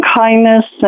kindness